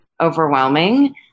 overwhelming